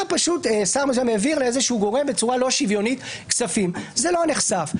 שר פשוט מעביר לגורם כספים בצורה לא שוויונית וזה לא נחשף,